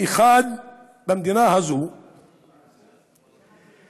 אחד במדינה הזאת שיכול לומר